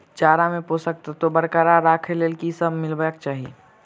चारा मे पोसक तत्व बरकरार राखै लेल की सब मिलेबाक चाहि?